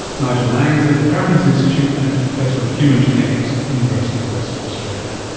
nigel laing is at the perkins institute and is professor of human genetics at the university of western australia.